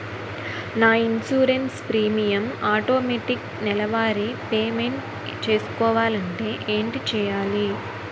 నా insurance premium automatic నెలవారి payment చేసుకోవాలంటే ఏంటి చేయాలి?